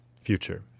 future